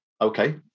Okay